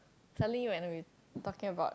suddenly when we talking about